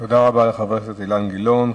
תודה רבה לחבר הכנסת אילן גילאון.